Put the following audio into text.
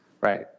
Right